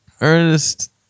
Ernest